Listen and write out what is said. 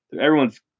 everyone's